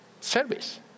service